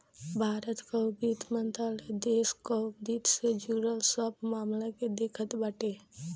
भारत कअ वित्त मंत्रालय देस कअ वित्त से जुड़ल सब मामल के देखत बाटे